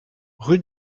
rue